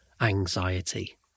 anxiety